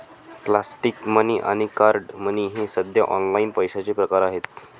plastic money आणि card money हे सध्या ऑनलाइन पैशाचे प्रकार आहेत